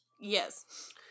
Yes